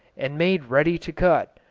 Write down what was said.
and made ready to cut.